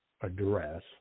address